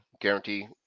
guarantee